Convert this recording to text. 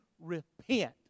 repent